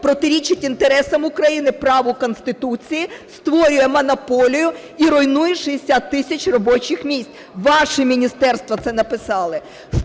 протирічить інтересам України, праву, Конституції, створює монополію і руйнує 60 тисяч робочих місць. Ваші міністерства це написали.